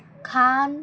খান